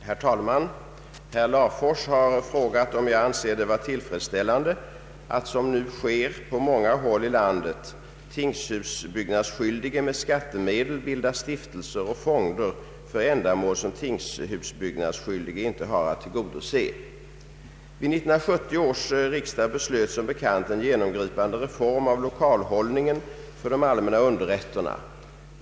Herr talman! Herr Larfors har frågat mig om jag anser det vara tillfredsställande att, som nu sker på många håll i landet, tingshusbyggnadsskyldige med skattemedel bildar stiftelser och fonder för ändamål som tingshusbyggnadsskyldige inte har att tillgodose. Vid 1970 års riksdag beslöts som bekant en genomgripande reform av lokalhållningen för de allmänna underrätterna.